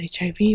HIV